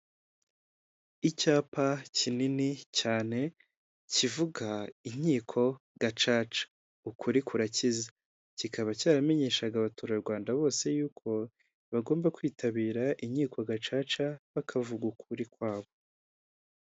Icyapa kinini cyane, kivuga inkiko gacaca. Ukuri kurakiza! Kikaba cyaramenyeshaga abaturarwanda bose yuko, bagomba kwitabira inkiko gacaca, bakavuga ukuri kwabo.